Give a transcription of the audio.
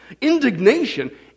indignation